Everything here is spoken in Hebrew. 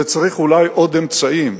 צריך אולי עוד אמצעים.